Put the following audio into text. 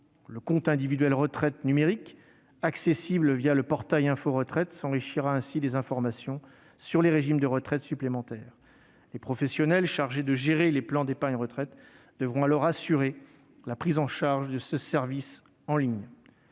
retraite individuel numérique, accessible le portail Info retraite, sera ainsi enrichi des informations sur les régimes de retraite supplémentaire. Les professionnels chargés de gérer les plans d'épargne retraite devront assurer la prise en charge de ce service en ligne.